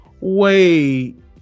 Wait